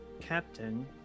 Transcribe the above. Captain